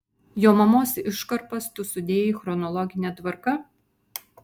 jo mamos iškarpas tu sudėjai chronologine tvarka